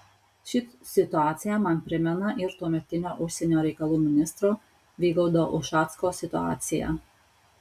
ši situacija man primena ir tuometinio užsienio reikalų ministro vygaudo ušacko situaciją